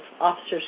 officers